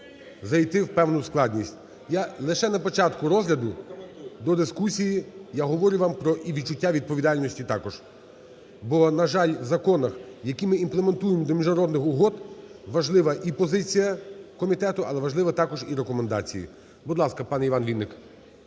зайти в певну складність. Я лише на початку розгляду, до дискусії, я говорю вам про і відчуття відповідальності також. Бо, на жаль, в законах, які ми імплементуємо до міжнародних угод, важлива і позиція комітету, але важливі також і рекомендації. Будь ласка, пане Іван Вінник.